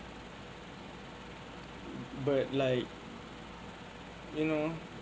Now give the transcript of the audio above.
but like you know